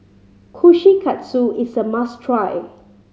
kushikatsu is a must try